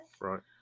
Right